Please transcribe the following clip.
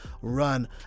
run